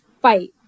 fight